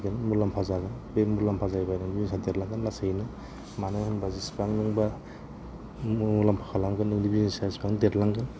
थाखा फैगोन मुलाम्फा जागोन बे मुलाम्फा जायोबा नों माहाजोन देरलांगोन लासैनो मानो होनबा जेसेबां बा मुलाम्फा खालामगोन नों बिजिनेसआ एसेबां देरलांगोन